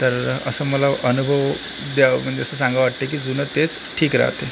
तर असं मला अनुभव द्यावं म्हणजे असं सांगावं वाटतं आहे की जुनं तेच ठीक राहते